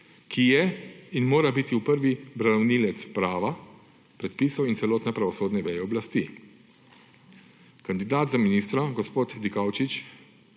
ki je in mora biti prvi branilec prava, predpisov in celotne pravosodne veje oblasti. Kandidat za ministra, gospod Dikaučič,